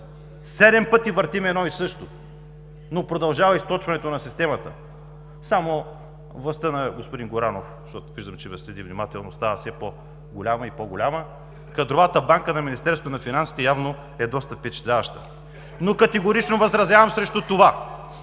Седем пъти въртим едно и също, но продължава източването на системата, само властта на господин Горанов –защото виждам, че ме следи внимателно, става все по-голяма и по-голяма. Кадровата банка на Министерството на финансите явно е доста впечатляваща. Категорично възразявам срещу това,